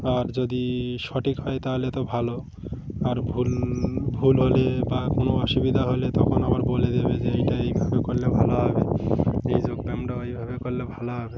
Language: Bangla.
আর যদি সঠিক হয় তাহলে তো ভালো আর ভুল ভুল হলে বা কোনো অসুবিধা হলে তখন আবার বলে দেবে যে এইটা এইভাবে করলে ভালো হবে এই যোগব্যায়ামটাও এইভাবে করলে ভালো হবে